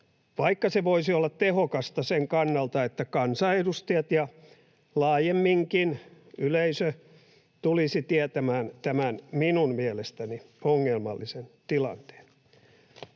vaikka se voisi olla tehokasta sen kannalta, että kansanedustajat ja laajemminkin yleisö tulisivat tietämään tämän minun mielestäni ongelmallisen tilanteen.